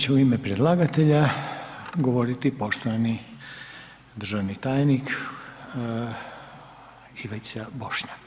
Sad će u ime predlagatelja govoriti poštovani državni tajnik Ivica Bošnjak.